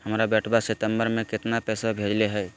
हमर बेटवा सितंबरा में कितना पैसवा भेजले हई?